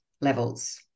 levels